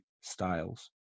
styles